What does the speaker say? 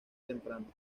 temprano